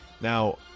Now